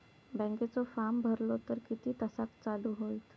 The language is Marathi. बँकेचो फार्म भरलो तर किती तासाक चालू होईत?